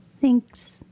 Thanks